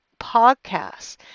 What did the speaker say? podcasts